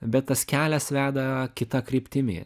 bet tas kelias veda kita kryptimi